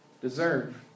deserve